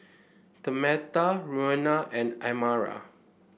Tamatha Roena and Amara